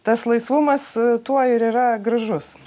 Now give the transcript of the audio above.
tas laisvumas tuo ir yra gražus